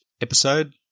episode